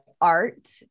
art